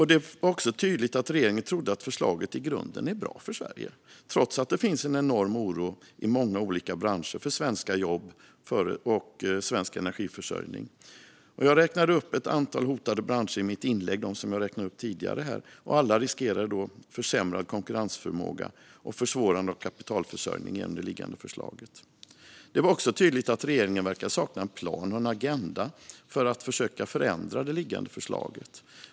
Det var också tydligt att regeringen trodde att förslaget i grunden är bra för Sverige, trots att det finns en enorm oro i många olika branscher för svenska jobb och svensk energiförsörjning. Jag räknade upp ett antal hotade branscher i mitt inlägg, det vill säga dem jag har räknat upp tidigare här. Alla riskerade de försämrad konkurrensförmåga och försvårande av kapitalförsörjningen genom det liggande förslaget. Det blev också tydligt att regeringen verkade sakna en plan och en agenda för att i sista minuten försöka förändra det liggande förslaget.